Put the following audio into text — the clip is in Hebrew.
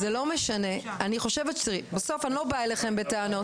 זה לא משנה, בסוף אני לא באה אליכם בטענות.